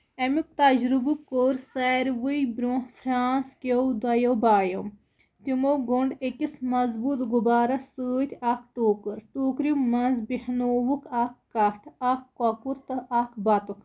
اَمیُک تَجرُبہٕ کوٚر ساروی برونہہ فرانس کیو دۄیو بایو تِمو گوٚنڈ أکِس مضبوٗط غُبارَس سۭتۍ اکھ ٹوٗکٕر ٹوٗکرِ منٛز بیٚہنووُکھ اکھ کٹھ اکھ کۄکُر تہٕ اکھ بطُخ